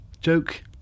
Joke